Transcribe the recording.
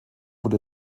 wurde